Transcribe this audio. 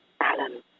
Alan